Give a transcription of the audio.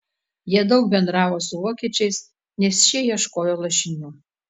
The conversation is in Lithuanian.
jie daug bendravo su vokiečiais nes šie ieškojo lašinių